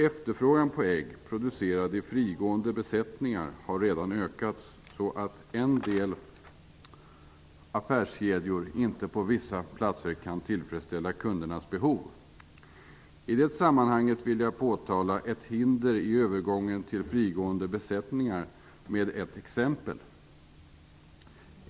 Efterfrågan på ägg som producerats i frigående besättningar har redan ökat så mycket att en del affärskedjor på vissa platser inte kan tillfredsställa kundernas behov. I det sammanhanget vill jag påtala ett hinder för övergången till frigående besättningar genom att ta ett exempel.